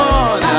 on